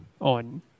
on